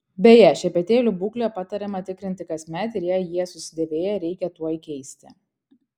beje šepetėlių būklę patariama tikrinti kasmet ir jei jie susidėvėję reikia tuoj keisti